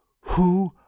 Who